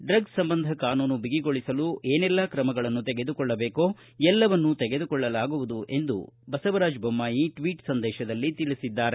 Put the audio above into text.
ಡ್ರಗ್ಲ್ ಸಂಬಂಧ ಕಾನೂನು ಬಿಗಿಗೊಳಸಲು ಏನೆಲ್ಲ ಕ್ರಮಗಳನ್ನು ತೆಗೆದುಕೊಳ್ಳಬೇಕೋ ಎಲ್ಲವನ್ನೂ ತೆಗೆದುಕೊಳ್ಳಲಾಗುವುದು ಎಂದು ಬೊಮ್ಮಾಯಿ ಟ್ವೀಟ್ ಸಂದೇಶದಲ್ಲಿ ತಿಳಿಸಿದ್ದಾರೆ